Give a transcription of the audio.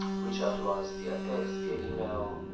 reach out to us via text, via email,